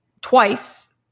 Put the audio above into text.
twice